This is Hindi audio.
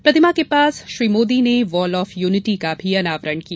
प्रतिमा के पास श्री मोदी ने वॉल ऑफ यूनिटी का भी अनावरण किया